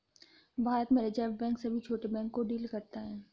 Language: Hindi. भारत में रिज़र्व बैंक सभी छोटे बैंक को डील करता है